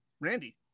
Randy